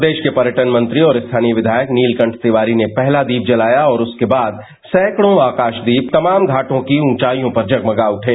प्रदेश के पर्यटन मंत्री और स्थानीय विधायक नीलकंठ तिवारी ने पहला दीप जलाया और उसके बाद सैकड़ों आकाशदीप तमाम घाटों की ऊंचाइयों पर जगमगा उठे